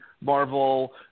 Marvel